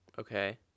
Okay